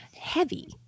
heavy